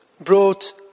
brought